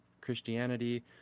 Christianity